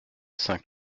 saint